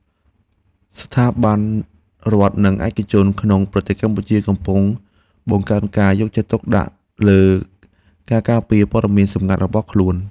ស្ថាប័នរដ្ឋ និងឯកជនក្នុងប្រទេសកម្ពុជាកំពុងបង្កើនការយកចិត្តទុកដាក់លើការការពារព័ត៌មានសម្ងាត់របស់ខ្លួន។